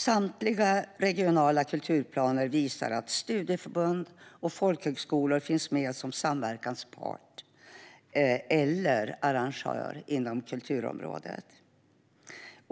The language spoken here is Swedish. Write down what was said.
Samtliga regionala kulturplaner visar att studieförbund och folkhögskolor finns med som samverkanspart eller arrangör inom kulturområdet.